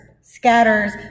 scatters